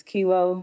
Kilo